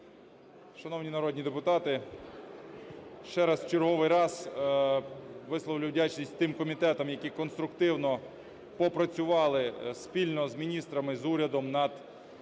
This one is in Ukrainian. Шановні народні депутати, ще раз, в черговий раз висловлю вдячність тим комітетам, які конструктивно попрацювали спільно з міністрами і з урядом над планом